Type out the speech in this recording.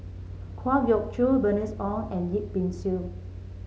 Kwa Geok Choo Bernice Ong and Yip Pin Xiu